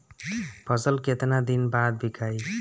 फसल केतना दिन बाद विकाई?